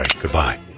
Goodbye